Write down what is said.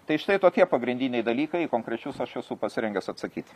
tai štai tokie pagrindiniai dalykai konkrečius aš esu pasirengęs atsakyti